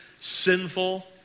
sinful